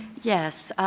yes,